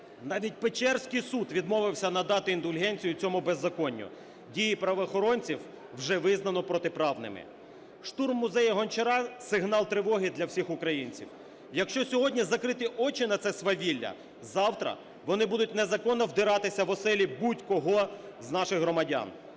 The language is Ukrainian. Навіть Печерський суд відмовився надати індульгенцію цьому беззаконню, дії правоохоронців вже визнано протиправними. Штурм музею Гончара – сигнал тривоги для всіх українців. Якщо сьогодні закрити очі на це свавілля, завтра вони будуть незаконно вдиратися в оселі будь-кого з наших громадян.